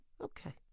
Okay